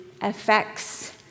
affects